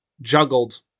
juggled